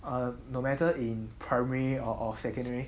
um no matter in primary or or secondary